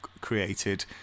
created